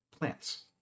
Plants